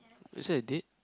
was it a date